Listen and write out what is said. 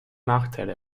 nachteile